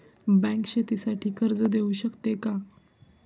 Bank शेतीसाठी कर्ज देऊ शकते का?